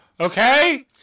okay